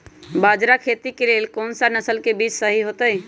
बाजरा खेती के लेल कोन सा नसल के बीज सही होतइ?